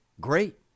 Great